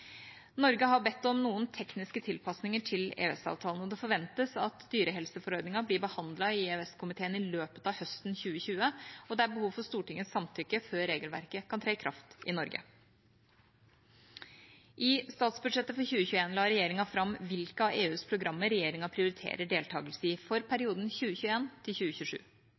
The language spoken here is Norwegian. Norge har bedt om noen tekniske tilpasninger til EØS-avtalen. Det forventes at dyrehelseforordningen blir behandlet i EØS-komiteen i løpet av høsten 2020. Det er behov for Stortingets samtykke før regelverket kan tre i kraft i Norge. I statsbudsjettet for 2021 la regjeringa fram hvilke av EUs programmer regjeringa prioriterer deltakelse i for perioden